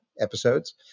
episodes